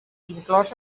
inclòs